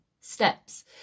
steps